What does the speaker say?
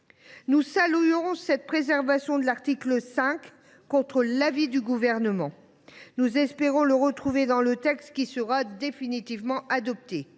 Nous saluons cette préservation de l’article 5 contre l’avis du Gouvernement. Nous espérons le retrouver dans le texte qui sera définitivement adopté.